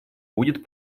будет